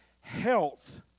health